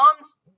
mom's